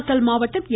நாமக்கல் மாவட்டம் என்